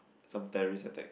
some terrorist attack thing